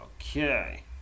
Okay